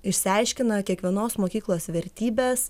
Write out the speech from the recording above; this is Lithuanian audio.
išsiaiškina kiekvienos mokyklos vertybes